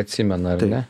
atsimena ar ne